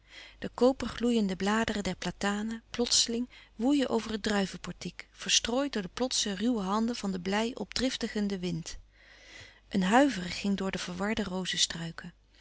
rond de kopergloeiende bladeren der platanen plotseling woeien over het druivenportiek verstrooid door de plotse ruwe handen van den blij opdriftigenden wind een huiveren ging door de verwarde